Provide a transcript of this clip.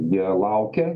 jie laukė